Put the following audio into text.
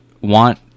want –